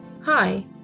Hi